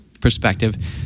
perspective